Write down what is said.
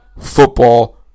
Football